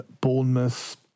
Bournemouth